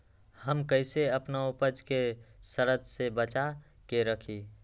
हम कईसे अपना उपज के सरद से बचा के रखी?